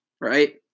right